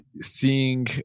seeing